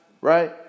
right